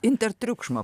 inter triukšmą